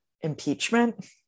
impeachment